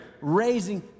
raising